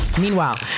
Meanwhile